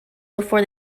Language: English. before